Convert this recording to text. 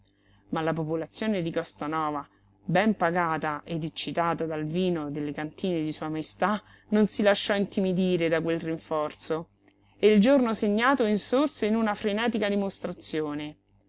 ma la popolazione di costanova ben pagata ed eccitata dal vino delle cantine di sua maestà non si lasciò intimidire da quel rinforzo e il giorno segnato insorse in una frenetica dimostrazione